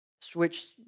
switch